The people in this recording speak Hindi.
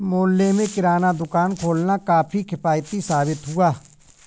मोहल्ले में किराना दुकान खोलना काफी किफ़ायती साबित हुआ